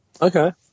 Okay